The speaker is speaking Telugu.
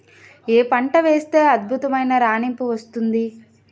ఏ పంట వేస్తే అద్భుతమైన రాణింపు వస్తుంది?